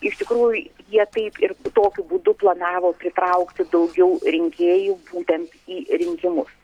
iš tikrųjų jie taip ir tokiu būdu planavo pritraukti daugiau rinkėjų būtent į rinkimus